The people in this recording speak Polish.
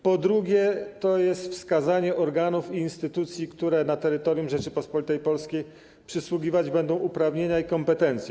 Po drugie, jest to wskazanie organów i instytucji, którym na terytorium Rzeczypospolitej Polskiej przysługiwać będą uprawnienia i kompetencje.